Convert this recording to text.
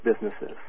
businesses